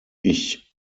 ich